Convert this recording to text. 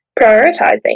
prioritizing